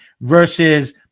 versus